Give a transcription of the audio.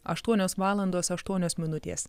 aštuonios valandos aštuonios minutės